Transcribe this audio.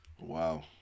Wow